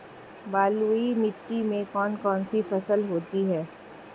बलुई मिट्टी में कौन कौन सी फसलें होती हैं?